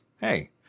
hey